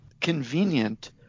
convenient